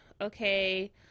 Okay